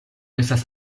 estas